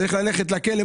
צריך ללכת לכלא,